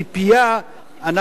אנחנו מאוד מקווים,